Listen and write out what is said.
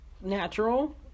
Natural